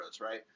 right